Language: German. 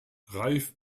reif